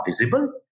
visible